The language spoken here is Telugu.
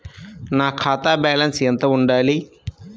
నా ఖాతా బ్యాలెన్స్ ఎంత ఉండాలి?